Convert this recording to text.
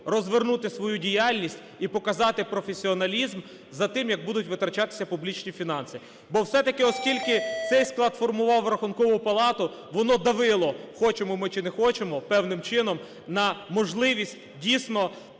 розвернути свою діяльність і показати професіоналізм за тим, як будуть витрачатися публічні фінанси. Бо все-таки, оскільки цей склад формував Рахункову палату, воно давило, хочемо ми чи не хочемо, певним чином на можливість, дійсно,